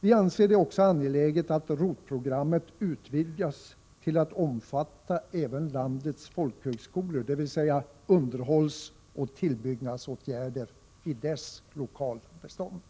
Vi anser det också angeläget att ROT-programmet utvidgas till att omfatta även landets folkhögskolor, dvs. underhållsoch tillbyggnadsåtgärder i deras lokalbestånd.